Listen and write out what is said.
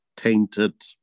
tainted